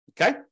Okay